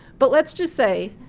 but let's just say,